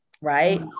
right